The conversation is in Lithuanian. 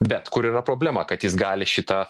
bet kur yra problema kad jis gali šitą